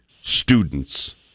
students